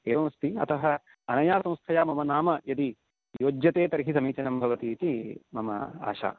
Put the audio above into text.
एवमस्ति अतः अनया संस्थया मम नाम यदि योज्यते तर्हि समीचीनं भवति इति मम आशा